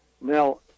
Now